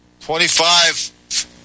Twenty-five